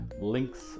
links